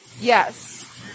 Yes